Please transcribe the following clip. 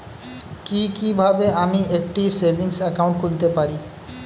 কি কিভাবে আমি একটি সেভিংস একাউন্ট খুলতে পারি?